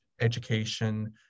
education